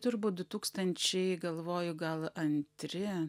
turbūt du tūkstančiai galvoju gal antri